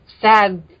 sad